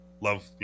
Love